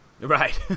Right